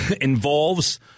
involves